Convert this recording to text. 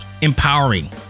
empowering